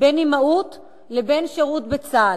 בין אימהות לבין שירות בצה"ל.